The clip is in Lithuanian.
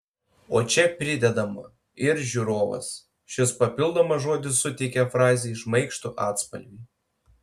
o čia pridedama ir žiūrovas šis papildomas žodis suteikia frazei šmaikštų atspalvį